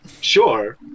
sure